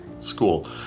school